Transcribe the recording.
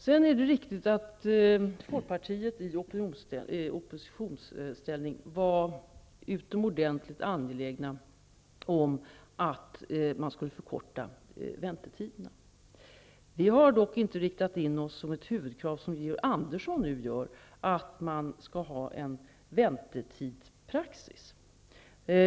Det är riktigt att Folkpartiet i oppositionsställning var utomordentligt angeläget om att väntetiderna skulle förkortas. Vi har dock inte riktat in oss på huvudkravet, som Georg Andersson nu gör, att vi skall ha en väntetidspraxis.